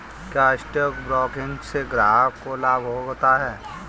क्या stock broking से ग्राहक को लाभ होता है?